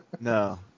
no